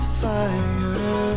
fire